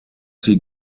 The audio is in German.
sie